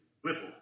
Whittle